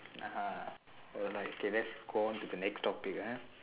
(uh huh) alright okay lets go on to the topic ah